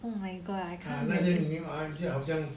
啊那些牛就好像